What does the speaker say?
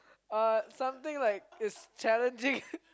uh something like is challenging